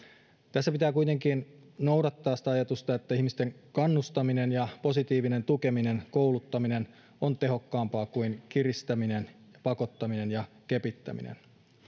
tässä pitää kuitenkin noudattaa sitä ajatusta että ihmisten kannustaminen positiivinen tukeminen ja kouluttaminen on tehokkaampaa kuin kiristäminen pakottaminen ja kepittäminen